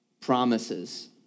promises